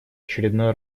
очередной